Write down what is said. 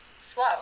slow